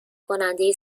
کننده